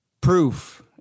proof